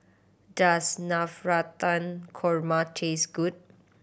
does Navratan Korma taste good